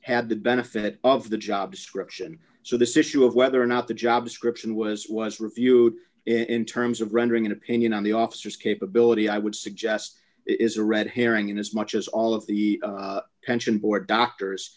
had the benefit of the job description so this issue of whether or not the job description was was reviewed in terms of rendering an opinion on the officers capability i would suggest it is a red herring in as much as all of the pension board doctors